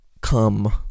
Come